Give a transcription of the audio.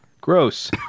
Gross